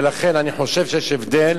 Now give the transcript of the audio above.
ולכן אני חושב שיש הבדל